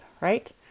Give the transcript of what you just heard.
right